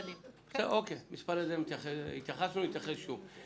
למספר הילדים התייחסנו ונתייחס שוב.